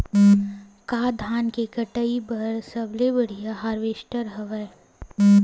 का धान के कटाई बर सबले बढ़िया हारवेस्टर हवय?